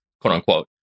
quote-unquote